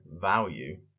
value